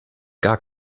gar